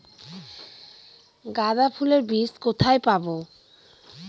গাঁদা ফুলের বীজ কোথায় পাবো?